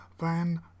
van